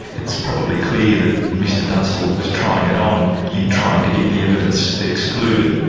it's probably clear that mr dunstall was trying it on in trying to get the evidence excluded,